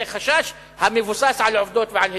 וזה חשש המבוסס על עובדות ועל היסטוריה.